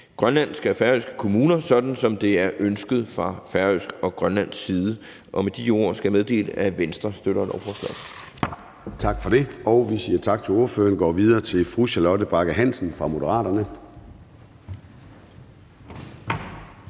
grønlandske og færøske kommuner, sådan som det er ønsket fra færøsk og grønlandsk side. Med de ord skal jeg meddele, at Venstre støtter lovforslaget. Kl. 14:21 Formanden (Søren Gade): Tak for det. Vi siger tak til ordføreren og går videre til fru Charlotte Bagge Hansen fra Moderaterne.